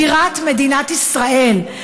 בירת מדינת ישראל,